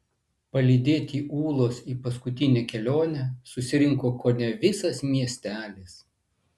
palydėti ūlos į paskutinę kelionę susirinko kone visas miestelis